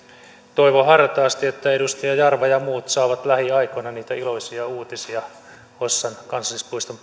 toivon hartaasti että edustaja jarva ja muut saavat lähiaikoina niitä iloisia uutisia hossan kansallispuiston